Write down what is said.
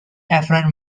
afferent